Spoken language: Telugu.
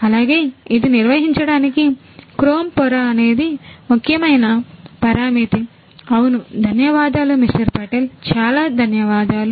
అవును ధన్యవాదాలు మిస్టర్ పటేల్ చాలా ధన్యవాదాలు